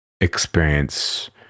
experience